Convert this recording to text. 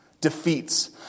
defeats